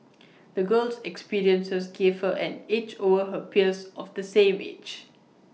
the girl's experiences gave her an edge over her peers of the same age